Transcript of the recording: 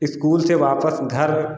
school से वापस घर